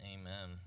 Amen